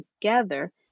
together